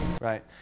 Right